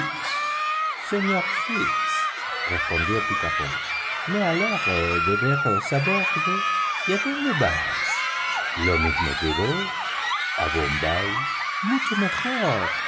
señor fix respondió picaporte me alegro de veros a bordo y adónde vais lo mismo que vos a bombay mucho mejor